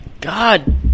God